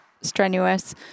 strenuous